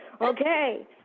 Okay